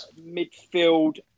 midfield